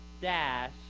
dash